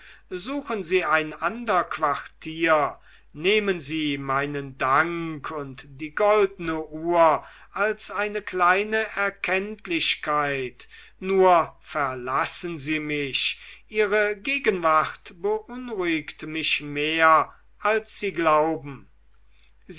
suchen sie ein ander quartier nehmen sie meinen dank und die goldne uhr als eine kleine erkenntlichkeit nur verlassen sie mich ihre gegenwart beunruhigt mich mehr als sie glauben